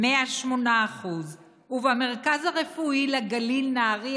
108%; במרכז הרפואי לגליל נהריה,